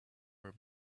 were